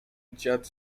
dziad